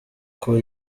uko